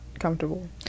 comfortable